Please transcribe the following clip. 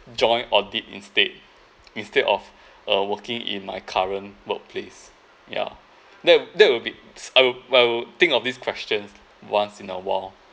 joined audit instead instead of uh working in my current workplace ya that that would be I will I will think of this question once in a while